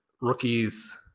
rookies